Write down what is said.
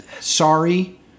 sorry